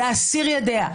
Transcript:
להסיר ידיה,